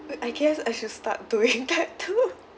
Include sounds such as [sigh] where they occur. I guess I should start doing that too [laughs]